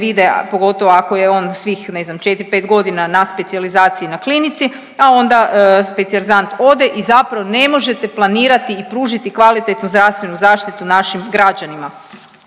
vide, pogotovo ako je on svih ne znam 4, 5 godina na specijalizaciji na klinici, a onda specijalizant ode i zapravo ne možete planirati i pružiti kvalitetnu zdravstvenu zaštitu našim građanima.